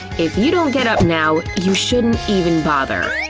if you don't get up now, you shouldn't even bother!